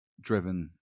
driven